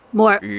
more